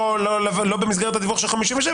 לא במסגרת הדיווח של 57,